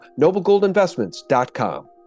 noblegoldinvestments.com